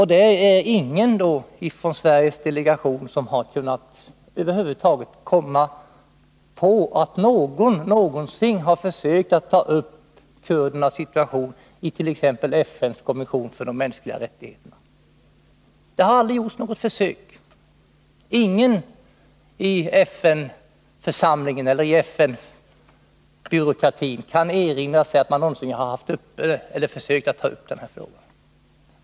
Det är ingen inom Sveriges FN-delegation som över huvud taget har kommit på att man skulle försöka ta upp kurdernas situation it.ex. FN:s kommission för de mänskliga rättigheterna. Det har aldrig gjorts något försök. Ingen i FN-församlingen eller i FN-byråkratin kan erinra sig att man någonsin haft den här frågan uppe eller försökt ta upp den.